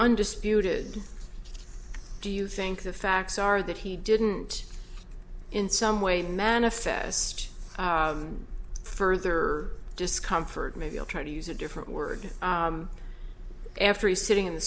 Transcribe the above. undisputed do you think the facts are that he didn't in some way manifest further discomfort maybe i'll try to use a different word after he's sitting in the